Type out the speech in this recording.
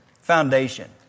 Foundation